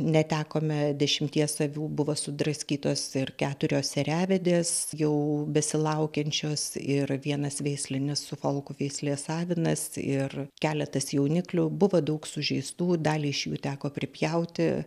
netekome dešimties avių buvo sudraskytos ir keturios ėriavedės jau besilaukiančios ir vienas veislinis sufolkų veislės avinas ir keletas jauniklių buvo daug sužeistų dalį iš jų teko pripjauti